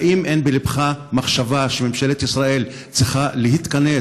האם אין בלבך מחשבה שממשלת ישראל צריכה להתכנס